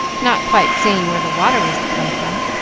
not quite seeing where the water was to come from.